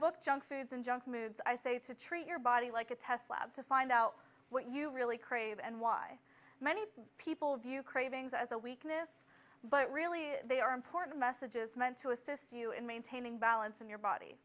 book junk foods and junk moods i say to treat your body like a test lab to find out what you really crave and why many people view cravings as a weakness but really they are important messages meant to assist you in maintaining balance in your body